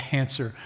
answer